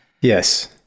Yes